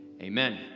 Amen